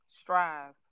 strive